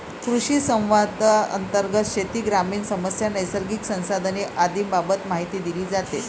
कृषिसंवादांतर्गत शेती, ग्रामीण समस्या, नैसर्गिक संसाधने आदींबाबत माहिती दिली जाते